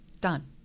done